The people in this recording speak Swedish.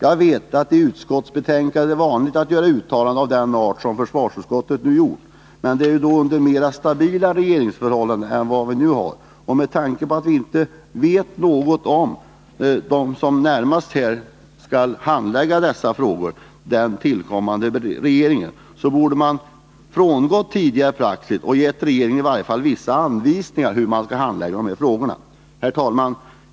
Jag vet att det i utskottsbetänkanden är vanligt att göra uttalanden av den art som försvarsutskottet nu har gjort, men det är då under mera stabila regeringsförhållanden än vad vi nu har. Med tanke på att vi inte vet något om dem som närmast skall handlägga dessa frågor, den tillkommande regeringen, borde man ha frångått tidigare praxis och givit regeringen vissa anvisningar för hur den skall handlägga de här frågorna. Herr talman!